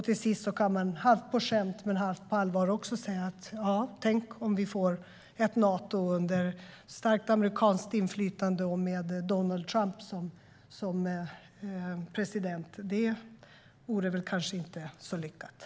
Till sist kan man halvt på skämt och halvt på allvar säga: Tänk, om det blir ett Nato med ett starkt amerikanskt inflytande och med Donald Trump som president i USA. Det vore kanske inte så lyckat.